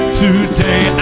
today